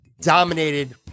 dominated